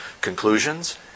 conclusions